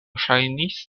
ŝajnis